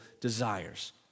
desires